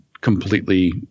completely